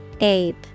Ape